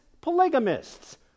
polygamists